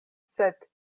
sed